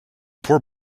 poor